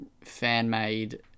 fan-made